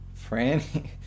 Franny